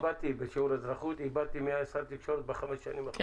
בשיעור אזרחות איבדתי מי היה שר התקשורת בחמש שנים האחרונות.